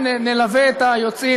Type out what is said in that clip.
נלווה את היוצאים.